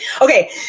okay